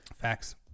Facts